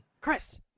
Chris